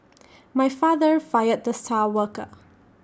my father fired the star worker